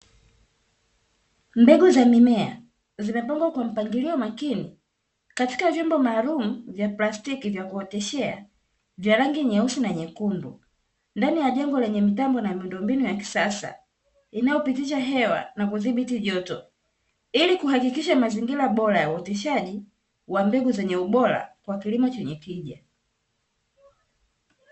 Mbegu za mimea zimepangwa kwa mpangilio makini katika vyombo maalumu vya plastiki vya kuoteshea, vya rangi nyeusi na nyekundu ndani ya jengo lenye mitambo na miundombinu ya kisasa, inayopitisha hewa na kudhibiti joto, ili kuhakikisha mazingira bora ya uoteshaji wa mbegu zenye ubora kwa kilimo chenye tija.